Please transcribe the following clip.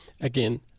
Again